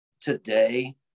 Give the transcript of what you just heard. today